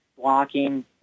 blocking